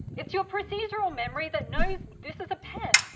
it's your procedural memory that knows this is a pen,